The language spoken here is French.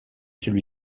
celui